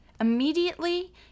Immediately